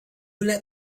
let